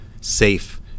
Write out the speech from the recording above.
safe